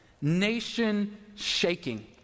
nation-shaking